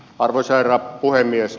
arvoisa herra puhemies